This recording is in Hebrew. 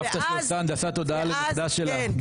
סבתא שעושה הנדסת תודעה לנכדה שלה.